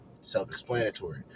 Self-explanatory